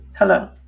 Hello